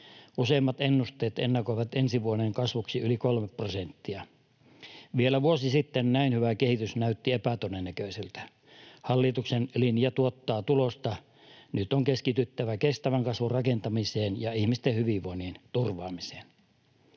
Useimmat ennusteet ennakoivat ensi vuoden kasvuksi yli 3 prosenttia. Vielä vuosi sitten näin hyvä kehitys näytti epätodennäköiseltä. Hallituksen linja tuottaa tulosta. Nyt on keskityttävä kestävän kasvun rakentamiseen ja ihmisten hyvinvoinnin turvaamiseen.